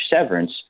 severance